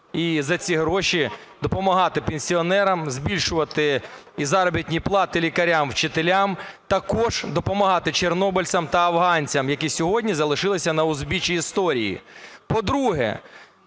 і за ці гроші допомагати пенсіонерам, збільшувати заробітні плати лікарям, вчителям, також допомагати чорнобильцям та афганцям, які сьогодні залишилися на узбіччі історії.